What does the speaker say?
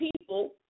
people